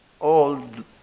old